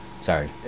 sorry